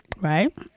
Right